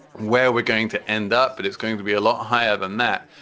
where we're going to end up, but it's going to be a lot higher than that.